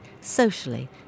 socially